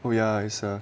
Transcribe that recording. oh ya it's err